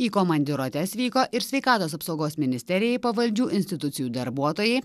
į komandiruotes vyko ir sveikatos apsaugos ministerijai pavaldžių institucijų darbuotojai